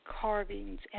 carvings